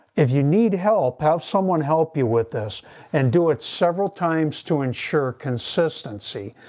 if you need help, have someone help you with this and do it several times to ensure consistency.